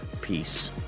Peace